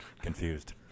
confused